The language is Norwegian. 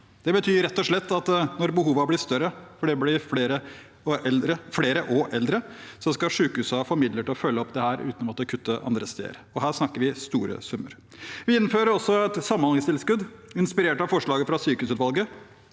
og slett at når behovene blir større fordi det blir flere og eldre, skal sykehusene få midler til å følge opp dette uten å måtte kutte andre steder. Her snakker vi om store summer. Vi innfører også et samhandlingstilskudd inspirert av forslaget fra sykehusutvalget.